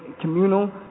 communal